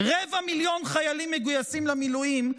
רבע מיליון חיילים מגויסים למילואים,